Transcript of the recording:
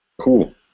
cool